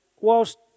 whilst